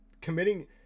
committing